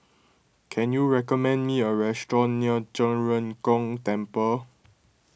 can you recommend me a restaurant near Zhen Ren Gong Temple